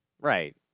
Right